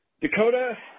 Dakota